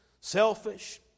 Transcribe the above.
selfish